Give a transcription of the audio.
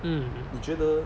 mm